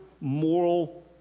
moral